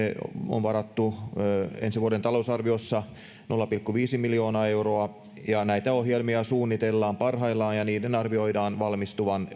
on varattu ensi vuoden talousarviossa nolla pilkku viisi miljoonaa euroa ja näitä ohjelmia suunnitellaan parhaillaan ja niiden arvioidaan valmistuvan